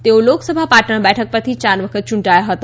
તેઓ લોકસભા પાટણ બેઠક પરથી ચાર વખત ચૂંટાયા હતા